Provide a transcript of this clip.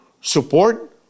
support